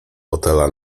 fotela